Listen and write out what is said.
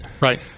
Right